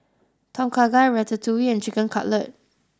Tom Kha Gai Ratatouille and Chicken Cutlet